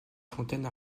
fontaine